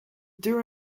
deur